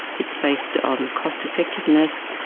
it's based on cost effectiveness.